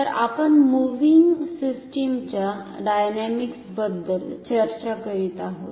तर आपण मूव्हिंग सिस्टमच्या डायनॅमिक्सबद्दल चर्चा करीत आहोत